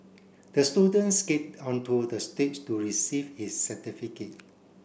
the student skate onto the stage to receive his certificate